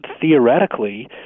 theoretically